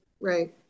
Right